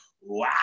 Wow